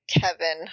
Kevin